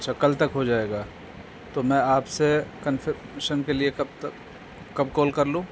اچھا کل تک ہو جائے گا تو میں آپ سے کنفئمیشن کے لیے کب تک کب کال کر لوں